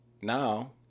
Now